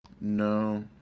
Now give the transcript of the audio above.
No